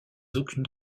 aucune